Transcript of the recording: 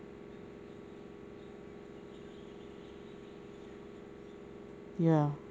ya